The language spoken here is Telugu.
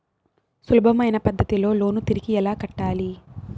సులభమైన పద్ధతిలో లోను తిరిగి ఎలా కట్టాలి